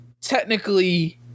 technically